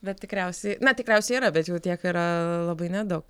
bet tikriausiai na tikriausiai yra bet jau tiek yra labai nedaug